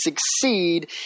succeed